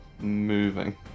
moving